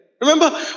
remember